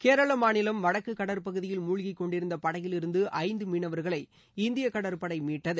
கேரள மாநிலம் வடக்கு கடற்பகுதியில் முழ்கிக்கொண்டிருந்த படகிலிருந்து ஐந்து மீனவர்களை இந்திய கடற்படை மீட்டது